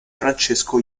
francesco